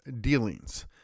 dealings